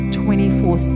24